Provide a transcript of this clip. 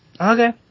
Okay